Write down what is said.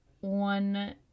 one